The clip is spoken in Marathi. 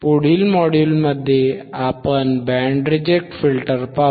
पुढील मॉड्यूलमध्ये आपण बँड रिजेक्ट फिल्टर पाहू